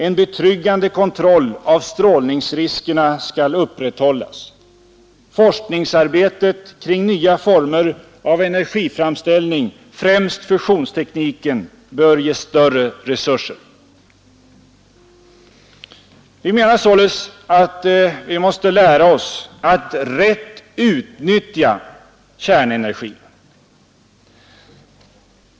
En betryggande kontroll av strålningsriskerna skall upprätthållas. Forskningsarbetet kring nya former av energiframställning, främst fusionstekniken, bör ges större resurser.” Vi menar således att vi måste lära oss att rätt utnyttja kärnenergin.